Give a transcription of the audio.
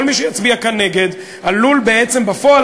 כל מי שיצביע כאן נגד עלול בעצם בפועל,